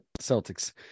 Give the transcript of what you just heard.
Celtics